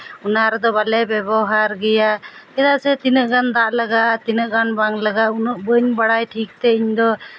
ᱚᱱᱟ ᱨᱮᱫᱚ ᱵᱟᱞᱮ ᱵᱮᱵᱚᱦᱟᱨ ᱜᱮᱭᱟ ᱪᱮᱫᱟᱜ ᱥᱮ ᱛᱤᱱᱟᱹᱜ ᱜᱟᱱ ᱫᱟᱜ ᱞᱟᱜᱟᱜᱼᱟ ᱛᱤᱱᱟᱹᱜ ᱜᱟᱱ ᱵᱟᱝ ᱞᱟᱜᱟᱜᱼᱟ ᱩᱱᱟᱹᱜ ᱵᱟᱹᱧ ᱵᱟᱲᱟᱭ ᱴᱷᱤᱠ ᱛᱮ ᱤᱧ ᱫᱚ